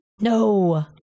No